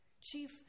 Chief